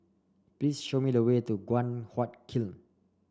please show me the way to Guan Huat Kiln